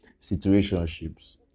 situationships